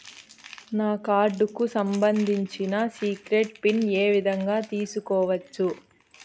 నా కార్డుకు సంబంధించిన సీక్రెట్ పిన్ ఏ విధంగా తీసుకోవచ్చు?